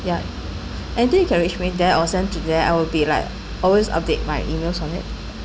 ya and then you can reach me there or send to there I will be like always update my emails on it